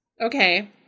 Okay